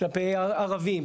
כלפי ערבים,